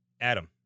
Adam